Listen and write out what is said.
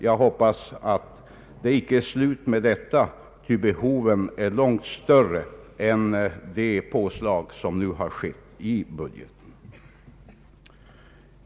Jag hoppas att det inte är slut med detta, ty behoven är långt större än de påslag som nu har skett i budgeten.